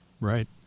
Right